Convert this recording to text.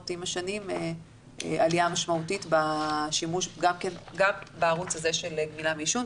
עם השנים עליה משמעותית בשימוש גם בערוץ הזה של הגמילה מעישון,